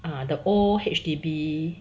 uh the old H_D_B